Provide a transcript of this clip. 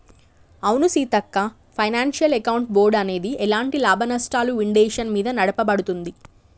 అవును సీతక్క financial account board అనేది ఎలాంటి లాభనష్టాలు విండేషన్ మీద నడపబడుతుంది